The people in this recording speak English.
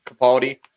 capaldi